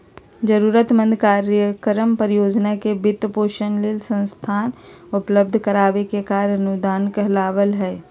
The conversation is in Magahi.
जरूरतमंद कार्यक्रम, परियोजना के वित्तपोषण ले संसाधन उपलब्ध कराबे के कार्य अनुदान कहलावय हय